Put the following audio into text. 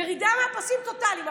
ירידה מהפסים טוטלית.